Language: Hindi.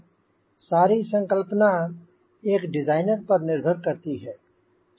सारी संकल्पना एक डिज़ाइनर पर निर्भर करती है